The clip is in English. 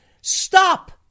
Stop